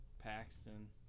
Paxton